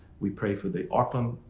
we pray for the auckland,